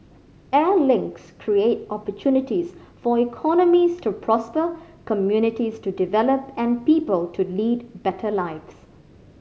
air links create opportunities for economies to prosper communities to develop and people to lead better lives